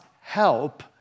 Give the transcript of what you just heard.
help